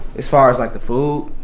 as far as like the food,